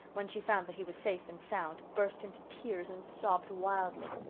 when she found that he was safe and sound, burst into tears and sobbed wildly.